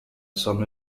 some